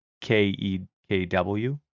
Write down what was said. K-E-K-W